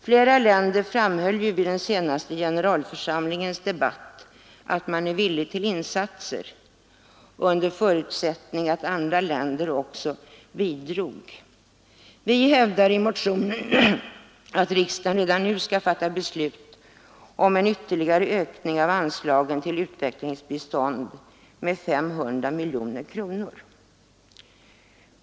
Flera länder framhöll ju vid den senaste generalförsamlingens debatt att de var villiga till insatser — under förutsättning att andra länder också bidrog. Vi hävdar i motionen att riksdagen redan nu skall fatta beslut om en ytterligare ökning av anslagen till utvecklingsbistånd med 500 miljoner kronor.